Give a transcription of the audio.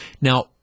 Now